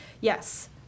Yes